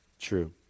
true